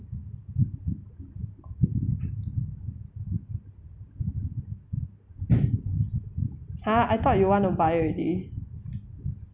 !huh! I thought you want to buy already